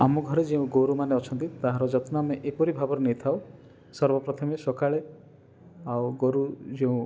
ଆମ ଘରେ ଯୋଉ ଗୋରୁମାନେ ଅଛନ୍ତି ତାହାର ଯତ୍ନ ଆମେ ଏପରି ଭାବରେ ନେଇଥାଉ ସର୍ବ ପ୍ରଥମେ ସକାଳେ ଆଉ ଗୋରୁ ଯୋଉଁ